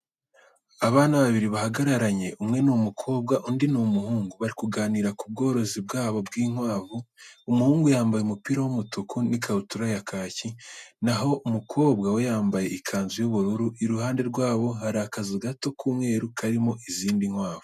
Abana babiri bahagararanye, umwe ni umukobwa, undi ni umuhungu. Bari kuganira ku bworozi bwabo bw'inkwavu. Umuhungu yambaye umupira w'umutuku n'ikabutura ya kake, na ho umukobwa we yambaye ikanzu y'ubururu. Iruhande rwabo hari akazu gato k'umweru karimo izindi nkwavu.